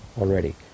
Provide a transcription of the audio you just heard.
already